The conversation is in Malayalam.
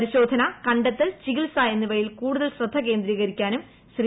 പരിശോധന കണ്ടെത്തൽ ചികിത്സ എന്നിവയിൽ കൂടുതൽ ശ്രദ്ധ കേന്ദ്രീകരിക്കാനും ശ്രീ